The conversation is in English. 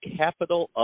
capital